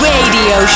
Radio